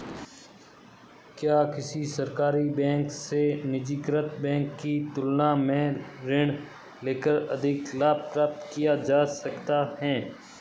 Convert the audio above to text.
क्या किसी सरकारी बैंक से निजीकृत बैंक की तुलना में ऋण लेकर अधिक लाभ प्राप्त किया जा सकता है?